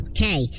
Okay